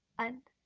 and